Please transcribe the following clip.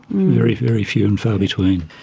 very, very few and far between.